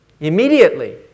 Immediately